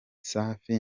safi